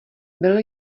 byl